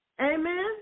Amen